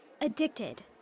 addicted